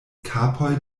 kapoj